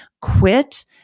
quit